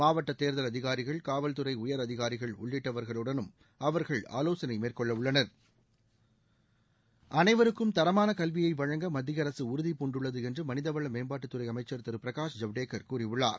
மாவட்ட தேர்தல் அதிகாரிகள் காவல்துறை உயர் அதிகாரிகள் உள்ளிட்டவர்களுடனும் அவர்கள் ஆலோசனை மேற்கொள்ளவுள்ளனர் அனைவருக்கும் தரமான கல்வியை வழங்க மத்திய அரசு உறுதிபூண்டுள்ளது என்று மனிதவள மேம்பாட்டுத்துறை அமைச்சர் திரு பிரகாஷ் ஜவடேகர் கூறியுள்ளார்